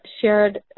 shared